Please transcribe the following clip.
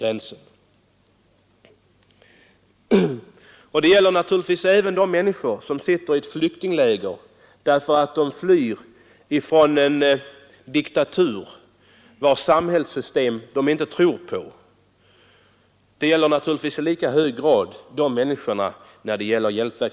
Detsamma gäller naturligtvis de människor som sitter i ett flyktingläger och som har flytt från en diktatur, vars samhällssystem de inte tror på.